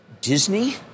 Disney